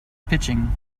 pitching